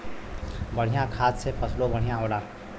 बढ़िया खाद से फसलों बढ़िया होला